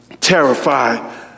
terrified